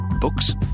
Books